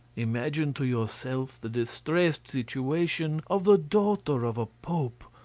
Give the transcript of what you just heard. imagine to yourself the distressed situation of the daughter of a pope,